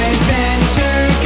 Adventure